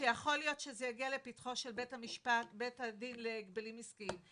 שיכול להיות שזה יגיע לפתחו של בית הדין להגבלים עסקיים.